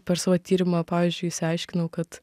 per savo tyrimą pavyzdžiui išsiaiškinau kad